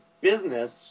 business